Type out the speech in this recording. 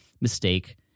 mistake